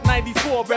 94